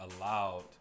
allowed